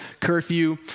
curfew